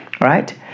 right